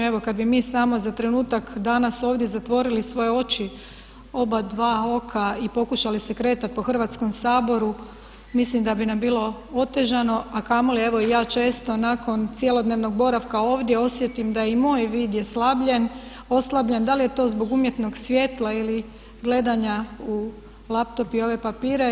Evo kada bi mi samo za trenutak danas ovdje zatvorili svoje oči, oba dva oka i pokušali se kretati po Hrvatskom saboru mislim da bi nam bilo otežano a kamoli evo i ja često nakon cjelodnevnog boravka ovdje osjetim da i moj vid je oslabljen, da li je to zbog umjetnog svjetla ili gledanja u laptop i ove papire.